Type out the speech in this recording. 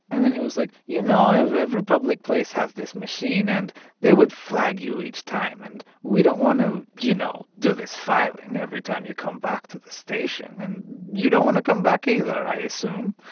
and then he was like, you know, every public place has this machine, and they would flag you each time. and we don't want to, you know, do this filing every time you come back to the station, and you don't want to come back either, i assume.